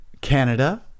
Canada